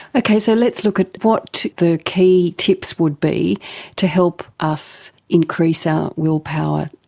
okay, so let's look at what the key tips would be to help us increase our willpower,